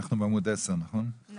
לא